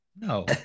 no